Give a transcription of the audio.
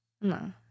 No